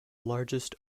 largest